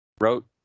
wrote